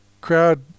crowd